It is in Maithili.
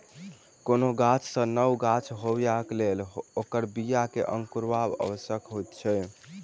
कोनो गाछ सॅ नव गाछ होयबाक लेल ओकर बीया के अंकुरायब आवश्यक होइत छै